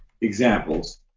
examples